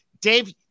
dave